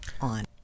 on